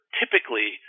typically